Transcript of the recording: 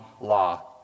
law